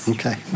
Okay